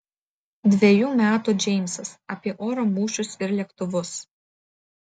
dvejų metų džeimsas apie oro mūšius ir lėktuvus